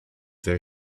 their